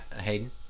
Hayden